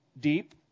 deep